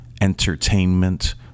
entertainment